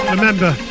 Remember